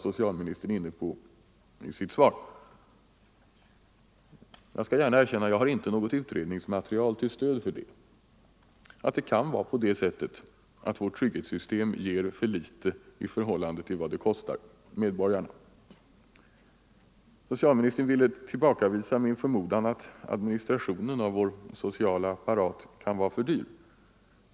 Socialministern nämnde i sitt svar mitt uttalande — jag skall gärna erkänna att jag inte har något utredningsmaterial till stöd för det — att det kan vara så att vårt trygghetssystem ger för litet i förhållande till vad det kostar medborgarna. Socialministern ville tillbakavisa min för modan att administrationen av vår sociala apparat kan vara för dyr.